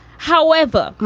however,